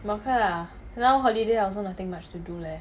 but okay lah now holiday also nothing much to do leh